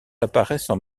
apparaissent